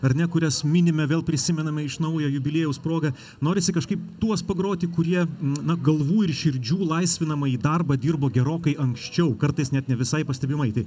ar ne kurias minime vėl prisimename iš naujo jubiliejaus proga norisi kažkaip tuos pagroti kurie na galvų ir širdžių laisvinamąjį darbą dirbo gerokai anksčiau kartais net ne visai pastebimai tai